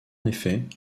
effet